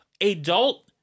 adult